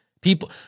People